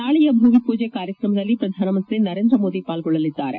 ನಾಳೆಯ ಭೂಮಿ ಪೂಜೆ ಕಾರ್ಯಕ್ರಮದಲ್ಲಿ ಪ್ರಧಾನಮಂತ್ರಿ ನರೇಂದ್ರಮೋದಿ ಪಾಲ್ಗೊಳ್ಳಲಿದ್ದಾರೆ